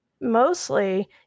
mostly